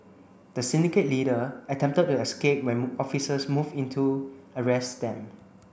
the syndicate leader attempted to escape when officers moved in to arrest them